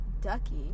Ducky